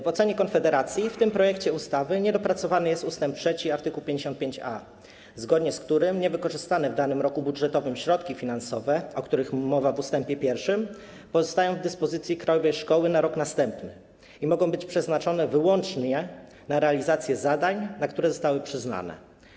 W ocenie Konfederacji w tym projekcie ustawy niedopracowany jest art. 55a ust. 3, zgodnie z którym niewykorzystane w danym roku budżetowym środki finansowe, o których mowa w ust. 1, pozostają w dyspozycji krajowej szkoły na rok następny i mogą być przeznaczone wyłącznie na realizację zadań, na które zostały przyznane.